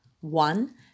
one